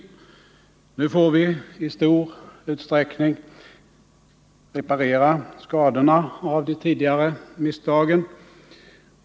Nu får vi i stor utsträckning reparera skadorna av de tidigare misstagen.